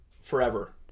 forever